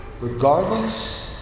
regardless